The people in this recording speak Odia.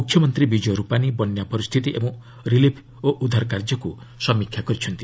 ମୁଖ୍ୟମନ୍ତ୍ରୀ ବିଜୟ ରୂପାନୀ ବନ୍ୟା ପରିସ୍ଥିତି ଏବଂ ରିଲିଫ୍ ଓ ଉଦ୍ଧାର କାର୍ଯ୍ୟକୁ ସମୀକ୍ଷା କରିଛନ୍ତି